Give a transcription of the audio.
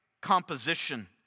composition